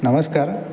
नमस्कार